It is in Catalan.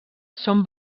són